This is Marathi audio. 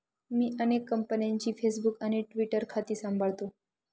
मी अनेक कंपन्यांची फेसबुक आणि ट्विटर खाती सांभाळतो